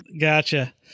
Gotcha